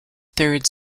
third